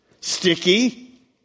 Sticky